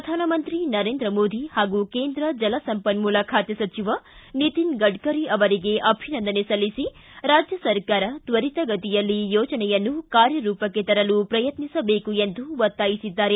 ಪ್ರಧಾನಮಂತ್ರಿ ನರೇಂದ್ರ ಮೋದಿ ಹಾಗೂ ಕೇಂದ್ರ ಜಲಸಂಪನ್ನೂಲ ಖಾತೆ ಸಚಿವ ನಿತಿನ್ ಗಡ್ಕರಿ ಅವರಿಗೆ ಅಭಿನಂದನೆ ಸಲ್ಲಿಸಿ ರಾಜ್ವ ಸರ್ಕಾರ ತ್ವರಿತಗತಿಯಲ್ಲಿ ಯೋಜನೆಯನ್ನು ಕಾರ್ಯರೂಪಕ್ಕೆ ತರಲು ಪ್ರಯತ್ನಿಸಬೇಕು ಎಂದು ಒತ್ತಾಯಿಸಿದ್ದಾರೆ